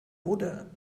wurde